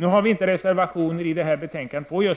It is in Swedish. dock inga reservationer i betänkandet.